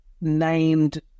named